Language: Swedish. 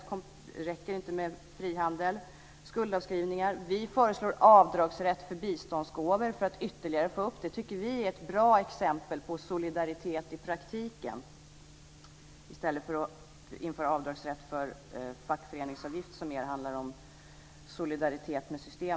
Det räcker inte med frihandel. Gör skuldavskrivningar. Vi föreslår avdragsrätt för biståndsgåvor. Det tycker vi är ett bra exempel på solidaritet i praktiken. Det kan man göra i stället för att införa avdragsrätt för fackföreningsavgift, som mer handlar om solidaritet med systemen.